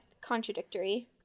contradictory